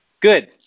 Good